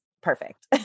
perfect